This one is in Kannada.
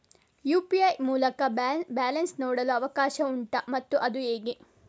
ಯು.ಪಿ.ಐ ಮೂಲಕ ಬ್ಯಾಲೆನ್ಸ್ ನೋಡಲು ಅವಕಾಶ ಉಂಟಾ ಮತ್ತು ಅದು ಹೇಗೆ?